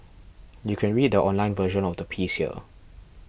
you can read the online version of the piece here